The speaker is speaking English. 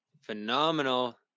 Phenomenal